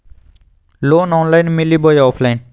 Loan online मिली बोया offline?